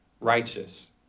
righteous